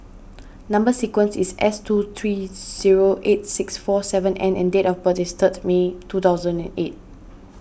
Number Sequence is S two three zero eight six four seven N and date of birth is third May two thousand and eight